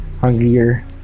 hungrier